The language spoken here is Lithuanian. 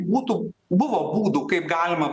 būtų buvo būdų kaip galima